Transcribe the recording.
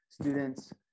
students